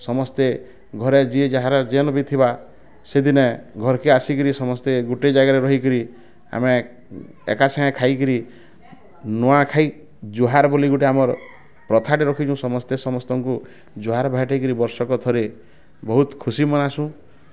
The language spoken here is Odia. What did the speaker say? ସମସ୍ତେ ଘରେ ଯିଏ ଯାହାର ଯେନ୍ ବି ଥିବା ସେଦିନେ ଘରକେ ଆସିକିରି ସମସ୍ତେ ଗୁଟେ ଜାଗାରେ ରହିକିରି ଆମେ ଏକାସାଙ୍ଗେ ଖାଇକିରି ନୂଆଖାଇ ଜୁହାର ବୋଲି ଗୋଟେ ଆମର ପ୍ରଥାଟେ ରଖିଛୁ ସମସ୍ତେ ସମସ୍ତଙ୍କୁ ଜୁହାର ଭେଟିକିରି ବର୍ଷକ ଥରେ ବହୁତ ଖୁସି ମନାସୁଁ